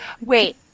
Wait